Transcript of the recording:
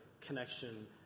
connection